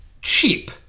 cheap